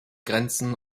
grenzen